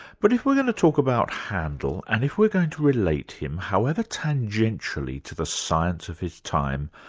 but if we're going to talk about handel and if we're going to relate him, however tangentially, to the science of his time,